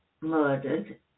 murdered